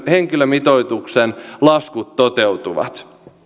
henkilömitoituksen laskut toteutuvat